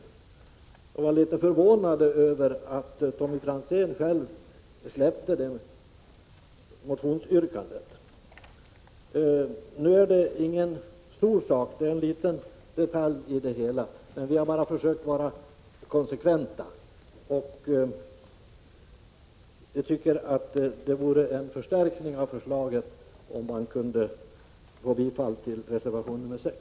Vi blev därför litet förvånade över att Tommy Franzén själv inte stod fast vid motionsyrkandet. Detta är emellertid inte någon stor fråga utan bara en detalj i det hela. Men vi har bara försökt att vara konsekventa. Vi anser att det skulle bli ett starkare förslag om kammaren biföll reservation 6.